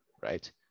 Right